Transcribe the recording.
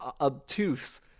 obtuse